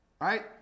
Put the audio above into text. Right